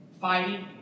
fighting